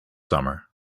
summer